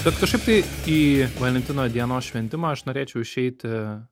bet kažkaip tai į valentino dienos šventimą aš norėčiau išeiti